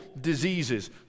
diseases